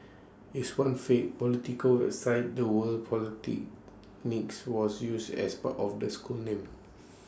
is one fake political website the word was used as part of the school name